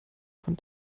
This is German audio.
von